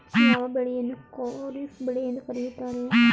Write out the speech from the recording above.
ಯಾವ ಬೆಳೆಯನ್ನು ಖಾರಿಫ್ ಬೆಳೆ ಎಂದು ಕರೆಯುತ್ತಾರೆ?